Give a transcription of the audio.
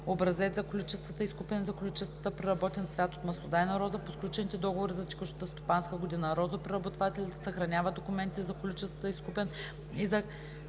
образец за количествата изкупен и за количествата преработен цвят от маслодайна роза по сключените договори за текущата стопанска година. Розопреработвателите съхраняват документите за количествата изкупен